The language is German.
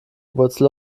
wurzel